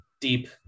deep